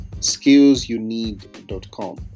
skillsyouneed.com